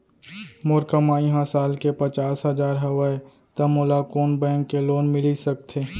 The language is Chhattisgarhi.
मोर कमाई ह साल के पचास हजार हवय त मोला कोन बैंक के लोन मिलिस सकथे?